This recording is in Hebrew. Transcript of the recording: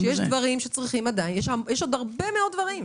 שיש עוד הרבה מאוד דברים.